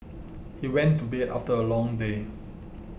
he went to bed after a long day